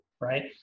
Right